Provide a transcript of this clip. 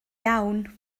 iawn